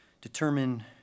Determine